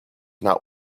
not